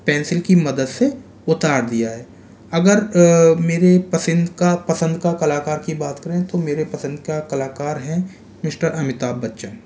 pencil की मदद से उतार दिया है अगर मेरी पसीन्द का पसंद का कलाकार की बात करें तो मेरे पसंद का कलाकार हैं मिस्टर अमिताभ बच्चन